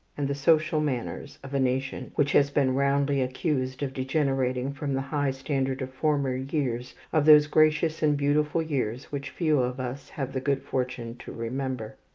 and the social manners of a nation which has been roundly accused of degenerating from the high standard of former years, of those gracious and beautiful years which few of us have the good fortune to remember.